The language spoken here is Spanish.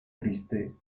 triste